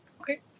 Okay